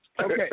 Okay